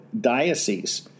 diocese